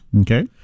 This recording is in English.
Okay